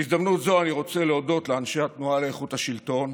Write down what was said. בהזדמנות זו אני רוצה להודות לאנשי התנועה לאיכות השלטון